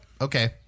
okay